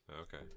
Okay